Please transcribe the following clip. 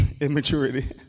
immaturity